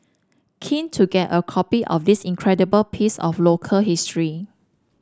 keen to get a copy of this incredible piece of local history